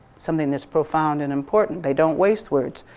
something that's profound and important. they don't waste words.